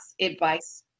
advice